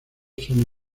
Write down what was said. sony